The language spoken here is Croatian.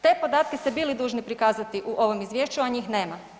Te podatke ste bili dužni prikazati u ovom izvješću, a njih nema.